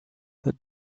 that